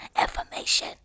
information